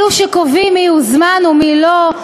אלו שקובעים מי יוזמן ומי לא,